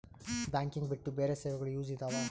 Banking ಬಿಟ್ಟು ಬೇರೆ ಸೇವೆಗಳು ಯೂಸ್ ಇದಾವ?